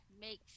makes